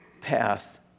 path